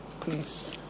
Please